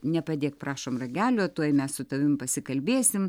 nepadėk prašom ragelio tuoj mes su tavim pasikalbėsim